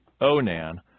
Onan